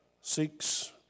seeks